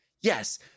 yes